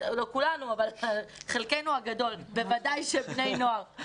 לא כולנו, אבל חלקנו הגדול, בוודאי שבני נוער.